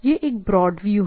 यह एक broad view है